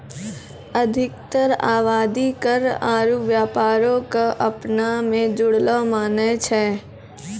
अधिकतर आवादी कर आरु व्यापारो क अपना मे जुड़लो मानै छै